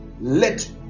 Let